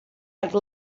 like